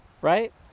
right